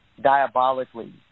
diabolically